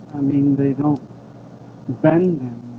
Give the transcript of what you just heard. i mean they don't bend them